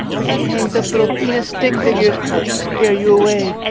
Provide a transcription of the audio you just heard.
but she hangs up little penis stick figures just get you away